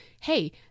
Hey